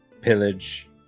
pillage